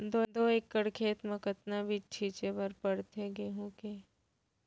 दो एकड़ खेत म कतना बीज छिंचे बर पड़थे गेहूँ के?